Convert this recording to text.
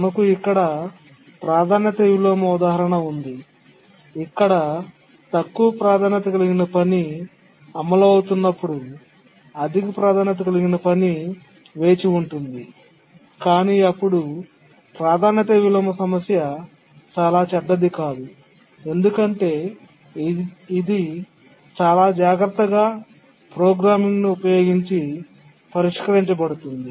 మనకు ఇక్కడ ప్రాధాన్యత విలోమ ఉదాహరణ ఉంది ఇక్కడ తక్కువ ప్రాధాన్యత కలిగిన పని అమలు అవుతున్నప్పుడు అధిక ప్రాధాన్యత కలిగిన పని వేచి ఉంటుంది కాని అప్పుడు ప్రాధాన్యత విలోమ సమస్య చాలా చెడ్డది కాదు ఎందుకంటే ఇది చాలా జాగ్రత్తగా ప్రోగ్రామింగ్ ను ఉపయోగించి పరిష్కరించబడుతుంది